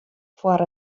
foar